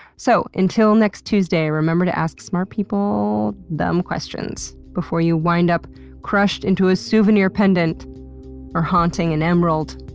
so until next tuesday, remember to ask smart people dumb questions, before you wind up crushed into a souvenir pendant or haunting an emerald.